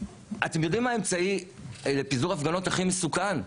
אתם יודעים מה האמצעי לפיזור הפגנות הכי מסוכן?